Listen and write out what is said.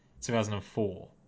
2004